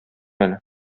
әле